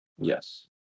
Yes